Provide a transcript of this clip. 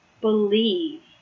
believe